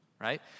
right